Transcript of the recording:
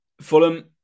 Fulham